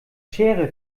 schere